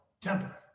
temper